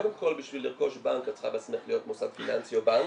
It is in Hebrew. קודם כל בשביל לרכוש בנק את צריכה בעצמך להיות מוסד פיננסי או בנק.